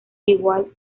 igual